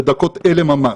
בדקות אלה ממש,